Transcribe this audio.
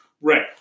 Right